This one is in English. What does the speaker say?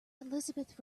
elizabeth